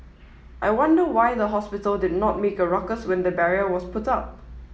I wonder why the hospital did not make a ruckus when the barrier was put up